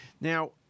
Now